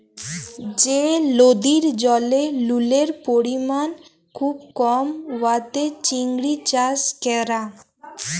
যে লদির জলে লুলের পরিমাল খুব কম উয়াতে চিংড়ি চাষ ক্যরা